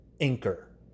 Anchor